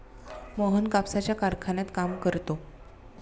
मोहन कापसाच्या कारखान्यात काम करतो